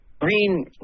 green